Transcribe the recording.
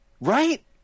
Right